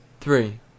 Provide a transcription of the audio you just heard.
three